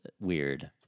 weird